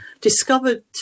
discovered